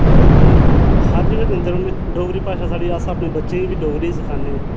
बाकी हर जगह् जंदे रौह्न्ने डोगरी कन्नै पूरी भाशा साढ़ी अस अपने बच्चें ई डोगरी गै सखान्ने आं